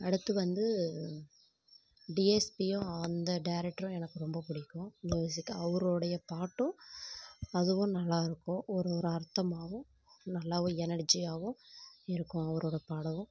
அடுத்து வந்து டிஎஸ்பியும் அந்த டேரக்டரும் எனக்கு ரொம்ப பிடிக்கும் மியூசிக் அவரோடய பாட்டும் அதுவும் நல்லா இருக்கும் ஒரு ஒரு அர்த்தமாகவும் நல்லாகவும் எனர்ஜியாகவும் இருக்கும் அவரோட பாடலும்